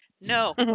no